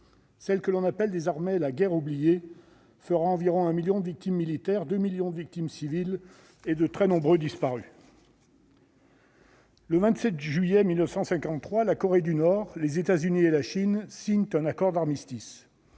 Celle que l'on appelle désormais la « guerre oubliée » fera environ un million de victimes militaires, deux millions de victimes civiles et de très nombreux disparus. Le 27 juillet 1953, la Corée du Nord, les États-Unis et la Chine signent un accord d'armistice.